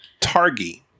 Targi